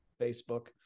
Facebook